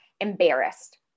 embarrassed